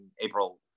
April